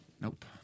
Nope